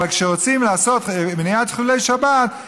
אבל כשרוצים לעשות מניעת חילולי שבת,